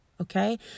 Okay